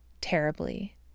terribly